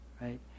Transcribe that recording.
right